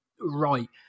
right